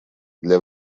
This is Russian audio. для